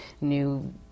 new